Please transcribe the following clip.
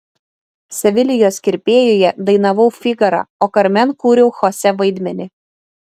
sevilijos kirpėjuje dainavau figarą o karmen kūriau chosė vaidmenį